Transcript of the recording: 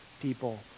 people